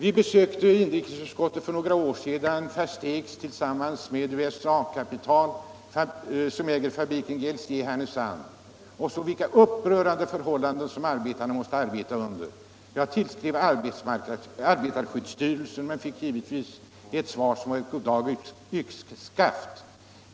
Inrikesutskottet besökte för några år sedun Versteghs, som tillsammans med USA = kapital äger fabriken GLC i Härnösand, och såg de upprörande förhållanden som rådde där. Jag tillskrev arbetarskyddsstyrelsen men fick givetvis ett svar som var ett goddag-yxskaft.